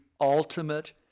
ultimate